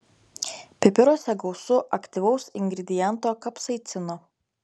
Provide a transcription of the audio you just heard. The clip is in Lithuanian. pipiruose gausu aktyvaus ingrediento kapsaicino